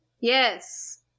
yes